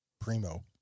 primo